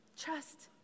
Trust